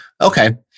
Okay